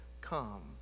come